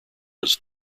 was